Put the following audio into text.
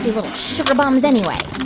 little sugar bombs anyway?